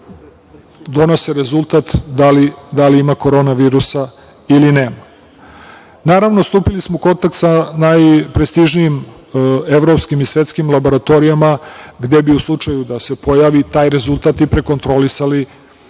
sata donose rezultat da li ima korona virusa ili ne. Naravno, stupili smo u kontakt sa najprestižnijim evropskim i svetskim laboratorijama gde bi u slučaju da se pojavi taj rezultat i prekontrolisali